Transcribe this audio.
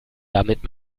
damit